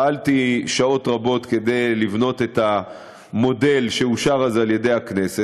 פעלתי שעות רבות כדי לבנות את המודל שאושר אז בכנסת.